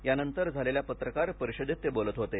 यानंतर झालेल्या पत्रकार परिषदेत ते बोलत होते